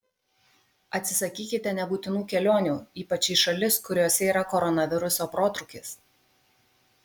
atsisakykite nebūtinų kelionių ypač į šalis kuriose yra koronaviruso protrūkis